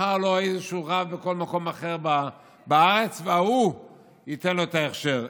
יבחר לו איזשהו רב בכל מקום אחר בארץ וההוא ייתן לו את ההכשר.